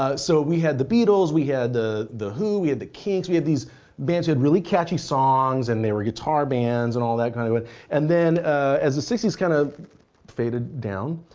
ah so we had the beatles. we had the the who. we had the kinks. we had these bands who had really catchy songs, and they were guitar bands, and all that kind of ah and then as the sixty s kind of faded down,